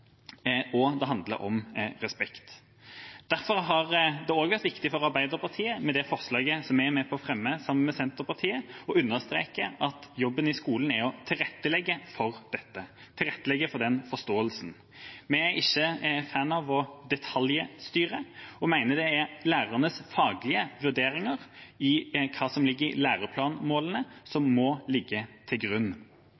og respekt. Derfor har det også vært for viktig for Arbeiderpartiet, med det forslaget som vi fremmer sammen med Senterpartiet, å understreke at skolens jobb er å tilrettelegge for den forståelsen. Vi er ikke fans av å detaljstyre og mener det er lærernes faglige vurderinger av hva som ligger i læreplanmålene, som